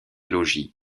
logis